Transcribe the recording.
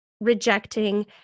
rejecting